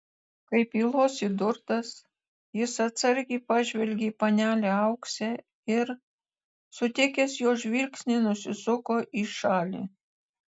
kaip ylos įdurtas jis atsargiai pažvelgė į panelę auksę ir sutikęs jos žvilgsnį nusisuko į šalį